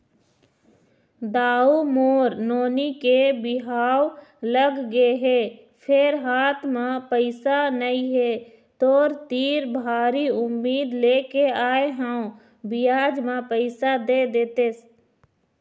दाऊ मोर नोनी के बिहाव लगगे हे फेर हाथ म पइसा नइ हे, तोर तीर भारी उम्मीद लेके आय हंव बियाज म पइसा दे देतेस